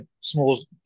small